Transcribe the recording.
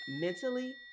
mentally